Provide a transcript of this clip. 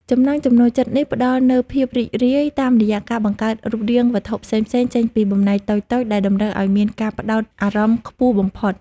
ចំណង់ចំណូលចិត្តនេះផ្ដល់នូវភាពរីករាយតាមរយៈការបង្កើតរូបរាងវត្ថុផ្សេងៗចេញពីបំណែកតូចៗដែលតម្រូវឱ្យមានការផ្ដោតអារម្មណ៍ខ្ពស់បំផុត។